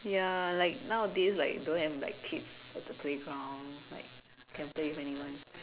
ya like nowadays like don't have like kids on the playground like can play with anyone